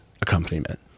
accompaniment